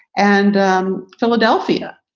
and um philadelphia,